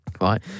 Right